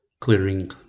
clearing